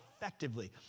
effectively